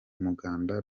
muganda